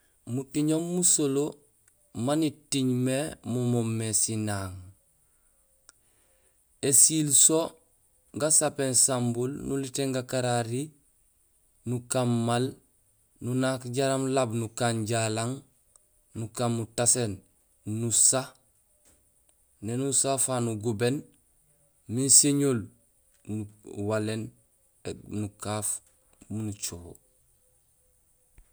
Mutiiŋoom musolee maan itiiŋ mé mo moomé sinaaŋ. Ēsiil so gasapéén sambuun, nulitéén gakarari, nukaan maal, nunaak jaraam laab nukaan jalang, nukaan mutaséén nusa; néni usa ufaak nugubéén miin siñuul nuwaléén, nukaaf miin miin ucoho.